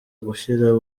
gushyira